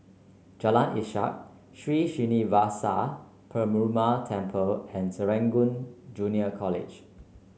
Jalan Ishak Sri Srinivasa Perumal Temple and Serangoon Junior College